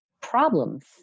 problems